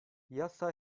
yasa